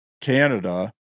Canada